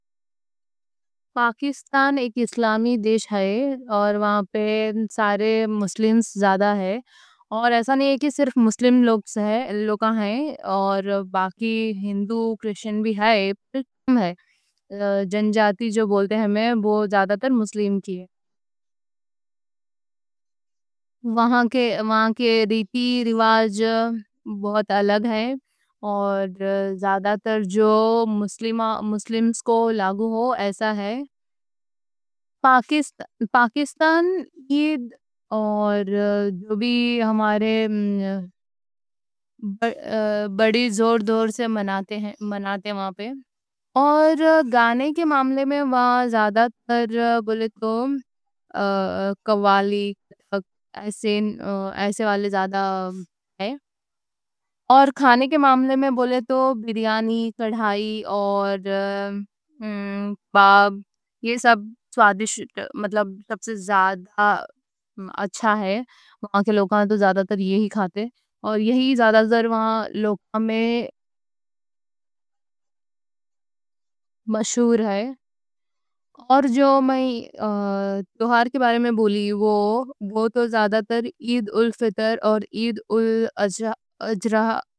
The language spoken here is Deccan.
پاکستان ایک اسلامی دیش ہے اور وہاں پہ سارے مسلمز زیادہ ہیں۔ اور ایسا نئیں ہے کہ صرف مسلم لوگاں ہیں اور باقی ہندو کریشن بھی ہیں۔ بھی ہیں جن جاتی جو بولتے ہیں وہ زیادہ تر مسلم کی ہیں وہاں۔ کی ریتی رواج بہت الگ ہیں اور زیادہ تر جو مسلمانوں کو لاغو ہو ایسا ہے پاکستان عید اور جو بھی ہمارے بڑی زور شور سے مناتے ہیں، مناتے ہیں وہاں پہ۔ اور گانے کے معاملے میں وہاں زیادہ تر قوالی ایسے والے زیادہ ہیں اور کھانے کے معاملے میں بولے تو بریانی، کڑھائی اور کباب یہ سب سب سے زیادہ اچھا۔ ہے وہاں کے لوگاں تو زیادہ تر یہی کھاتے اور یہی زیادہ تر وہاں لوگاں میں مشہور ہے۔ اور جو میں توہار کے بارے میں بولی، وہ تو زیادہ تر عید الفطر اور عید ال اضحی۔